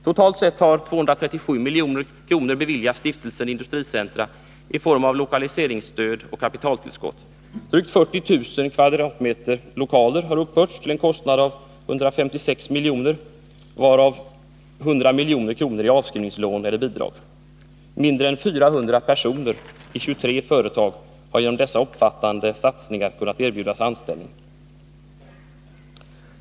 Totalt har ca 237 milj.kr. beviljats Stiftelsen Industricentra i form av lokaliseringsstöd och kapitaltillskott. Drygt 40 000 kvadratmeter lokaler har uppförts till en kostnad av 156 milj.kr., varav 100 milj.kr. i avskrivningslån eller bidrag. Mindre än 400 personer i 23 företag har genom dessa omfattande satsningar kunnat erbjudas anställning.